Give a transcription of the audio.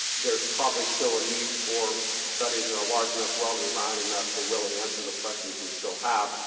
there's probably still a need for studies that are large enough, well-designed enough to really answer the questions we still have.